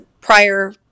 prior